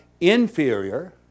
inferior